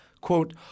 Quote